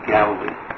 Galilee